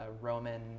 Roman